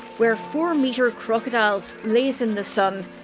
where four-metre crocodiles laze in the sun.